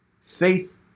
faith